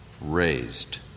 raised